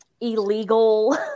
illegal